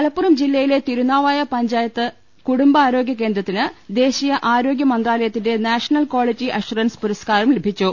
മലപ്പുറം ജില്ലയിലെ തിരുന്നാവായ പഞ്ചായത്ത് കുടുംബാരോഗൃകേന്ദ്രത്തിന് ദേശീയ ആരോഗൃമന്ത്രാ ലയത്തിന്റെ നാഷണൽ കാളിറ്റി അഷവറൻസ് പുരസ്കാരം ലഭിച്ചു